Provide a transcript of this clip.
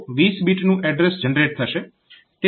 તો 20 બીટનું address generate થશે